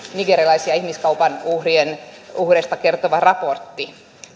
nigerialaisista ihmiskaupan uhreista kertova raportti